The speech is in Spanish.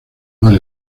mal